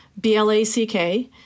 B-L-A-C-K